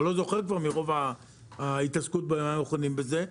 אני לא זוכר כבר מרוב ההתעסקות במכונים וזה,